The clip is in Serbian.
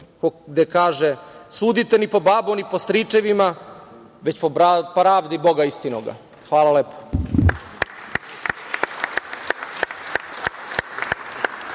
gde kaže – sudite ni po babu, ni po stričevima, već po pravdi Boga istinoga. Hvala lepo.